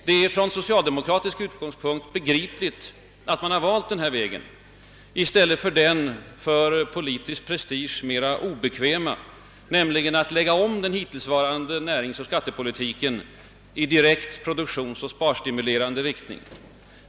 Det är från socialdemokratisk utgångspunkt begripligt att man har valt denna väg i stället för den för politisk prestige mera obekväma, näm ligen att lägga om den hittills förda näringsoch skattepolitiken i direkt produktionsoch =: sparstimulerande riktning.